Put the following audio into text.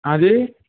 ਹਾਂਜੀ